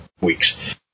weeks